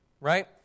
right